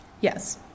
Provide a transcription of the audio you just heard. Yes